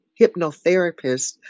hypnotherapist